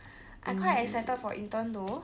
I quite excited for intern though